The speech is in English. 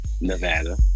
Nevada